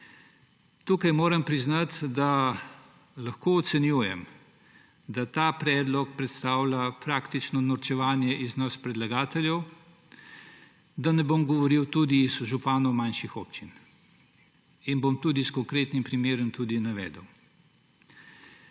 Tukaj moram priznati, da ocenjujem, da ta predlog predstavlja norčevanje iz nas predlagateljev, da ne bom govoril, da tudi iz županov manjših občin. In bom tudi s konkretnim primerom navedel.